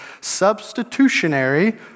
substitutionary